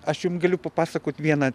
aš jum galiu papasakot vieną